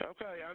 Okay